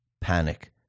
panic